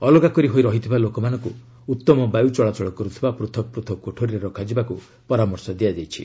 ଅଲଗା କରି ହୋଇ ରହିଥିବା ଲୋକମାନଙ୍କୁ ଉତ୍ତମ ବାୟୁ ଚଳାଚଳ କରୁଥିବା ପୂଥକ ପୂଥକ କୋଠରୀରେ ରଖାଯିବାକୁ ପରାମର୍ଶ ଦିଆଯାଇଛି